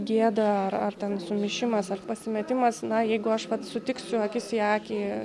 gėda ar ar ten sumišimas ar pasimetimas na jeigu aš vat sutiksiu akis į akį